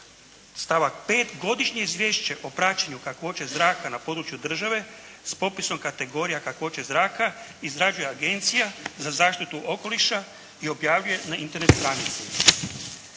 Stavak 5. godišnje izvješće o praćenju kakvoće zraka na području države s popisom kategorija kakvoće zraka izrađuje Agencija za zaštitu okoliša i objavljuje na Internet stranici.